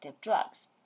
drugs